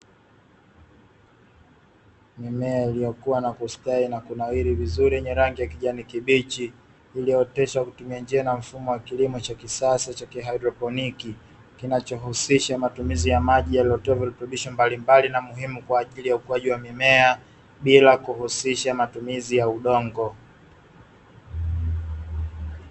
Mimea iliyokua na kustawi na kunawiri vizuri na yenye rangi ya kijani kibichi, iliyooteshwa kwa kutumia njia na mfumo wa kilimo cha kisasa cha kihydroponi, kinachohusisha matumizi ya maji yanayotoa virutubisho mbalimbali na muhimu kwa ajili ya ukuaji wa mimea bila kuhusisha matumizi ya udongo.